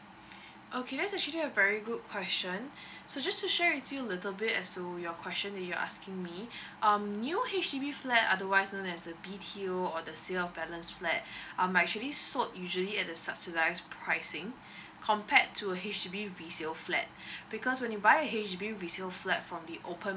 okay that's actually a very good question so just to share with you a little bit as so your question that you're asking me um new H_D_B flat otherwise known as the B_T_O or the sale of balance flat um actually sold usually at the subsidised pricing compared to H_D_B resale flat because when you buy a H_D_B resale flat from the open